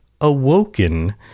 awoken